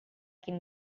can